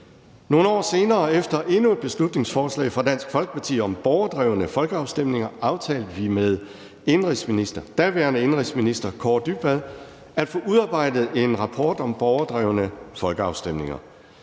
Nogle år senere efter endnu et beslutningsforslag fra Dansk Folkeparti om borgerdrevne folkeafstemninger aftalte vi med daværende indenrigsminister Kaare Dybvad Bek at få udarbejdet en rapport om borgerdrevne folkeafstemninger.